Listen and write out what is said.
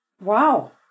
Wow